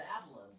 Babylon